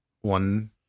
one